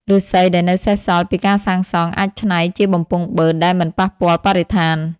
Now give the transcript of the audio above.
ឫស្សីដែលនៅសេសសល់ពីការសាងសង់ អាចច្នៃជាបំពង់បឺតដែលមិនប៉ះពាល់បរិស្ថាន។